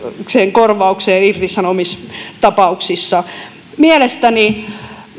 korvaukseen irtisanomistapauksissa mielestäni